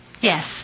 Yes